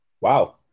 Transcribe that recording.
Wow